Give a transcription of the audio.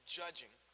judging